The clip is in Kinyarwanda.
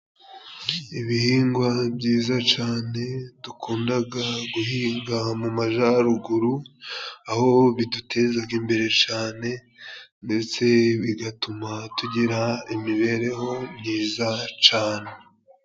Ibihingwa byiza cane dukundaga guhinga mu majaruguru, aho bidutezaga imbere cane, ndetse bigatuma tugira imibereho myiza cane.